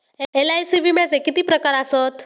LIC विम्याचे किती प्रकार आसत?